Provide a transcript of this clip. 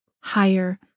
higher